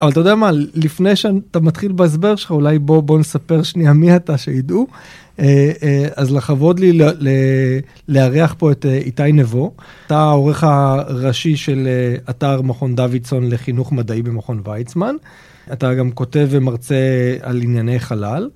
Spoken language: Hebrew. אבל אתה יודע מה, לפני שאתה מתחיל בהסבר שלך אולי בוא, בוא נספר שנייה מי אתה שידעו. אז לכבוד לי לארח פה את איתי נבו. אתה העורך הראשי של אתר מכון דוידסון לחינוך מדעי במכון ויצמן. אתה גם כותב ומרצה על ענייני חלל.